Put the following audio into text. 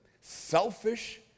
selfish